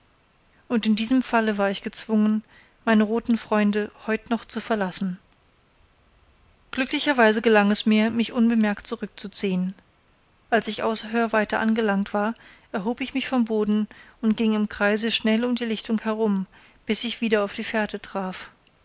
und in diesem falle war ich gezwungen meine roten freunde heut noch zu verlassen glücklicherweise gelang es mir mich unbemerkt zurückzuziehen als ich außer hörweite angelangt war erhob ich mich vom boden und ging im kreise schnell um die lichtung herum bis ich wieder auf die fährte traf